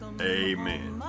Amen